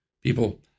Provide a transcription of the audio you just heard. People